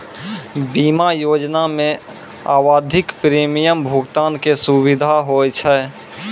बीमा योजना मे आवधिक प्रीमियम भुगतान के सुविधा होय छै